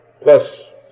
plus